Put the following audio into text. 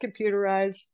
computerized